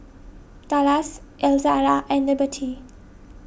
Dallas Elzala and Liberty